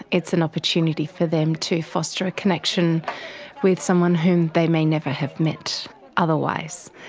it's an opportunity for them to foster a connection with someone who they may never have met otherwise.